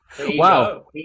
Wow